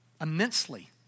immensely